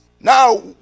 Now